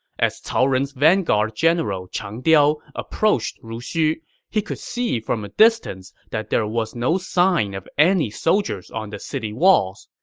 as cao ren's vanguard general chang diao approached ruxu, he could see from a distance that there was no sign of any soldiers on the city walls.